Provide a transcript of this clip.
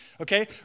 okay